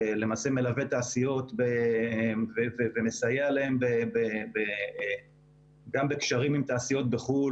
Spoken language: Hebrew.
שלמעשה מלווה תעשיות ומסייע להן גם בקשרים עם תעשיות בחו"ל,